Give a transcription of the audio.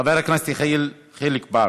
חבר הכנסת יחיאל חיליק בר.